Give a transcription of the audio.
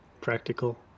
practical